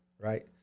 right